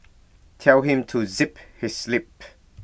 tell him to zip his lip